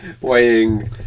Weighing